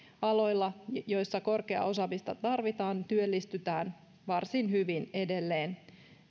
aloilla joissa korkeaa osaamista tarvitaan työllistytään varsin hyvin edelleen